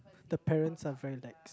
the parents are very lax